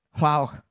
Wow